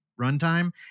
runtime